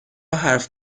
حرف